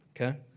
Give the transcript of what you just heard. okay